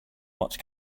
much